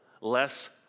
less